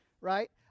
right